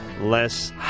less